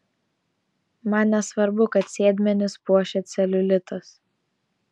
man nesvarbu kad sėdmenis puošia celiulitas